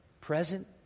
present